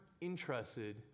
interested